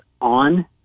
on